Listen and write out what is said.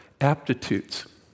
aptitudes